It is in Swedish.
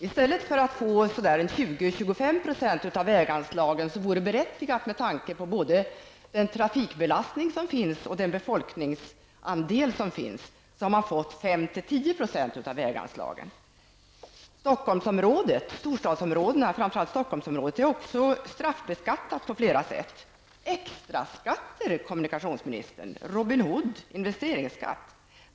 I stället för att få 20--25 % av väganslagen, vilket vore berättigat med tanke på både trafikbelastningen och befolkningsandelen, har man fått 5--10 %. Storstadsområdena, framför allt Stockholmsområdet, är också straffbeskattade på flera sätt. Det gäller extraskatter, Robin Hoodskatt och investeringsskatt, kommunikationsministern.